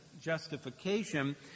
justification